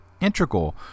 integral